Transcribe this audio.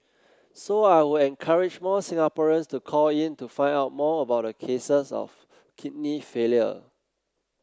so I would encourage more Singaporeans to call in to find out more about the cases of kidney failure